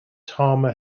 tama